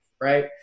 right